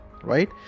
right